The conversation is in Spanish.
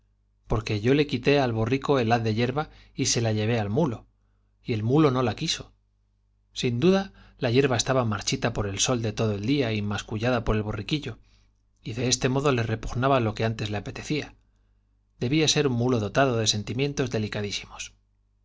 porque yo le quité al borrico el haz de hierba y la llevé al mulo y el mulo no la se quiso sin duda la hierba estaba marchita por el sol de todo el día y mascullada por el borriquillo y de este modo le repugnaba lo que antes le apetecía debía ser un mulo dotado ie sentimientos